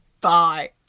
bye